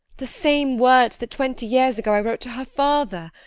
the same words that twenty years ago i wrote to her father!